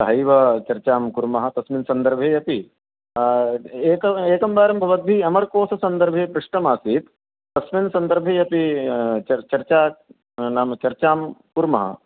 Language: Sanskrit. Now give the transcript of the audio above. सहैव चर्चां कुर्मः तस्मिन् सन्दर्भे अपि एक एकं वारं भवद्भिः अमरकोशसन्दर्भे पृष्टमासीत् तस्मिन् सन्दर्भे अपि चर्चा नाम चर्चां कुर्मः